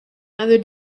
other